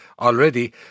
already